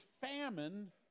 famine